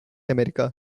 america